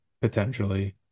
potentially